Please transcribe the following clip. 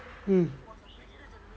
mm